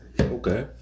Okay